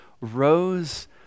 rose